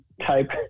type